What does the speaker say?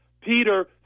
Peter